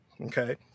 okay